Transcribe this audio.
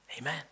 Amen